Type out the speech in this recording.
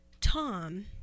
Tom